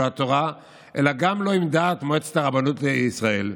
התורה אלא גם לא בדעת מועצת הרבנות לישראל.